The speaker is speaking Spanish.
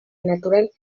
natural